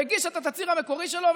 והגיש את התצהיר המקורי שלו,